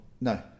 no